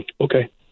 Okay